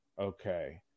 Okay